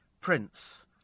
Prince